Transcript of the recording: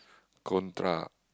contra